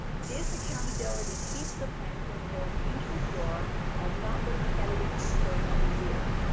this accountability keeps the plan from going into a drawer and not looking at it again for another year.